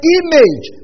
image